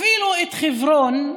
אפילו חברון,